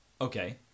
Okay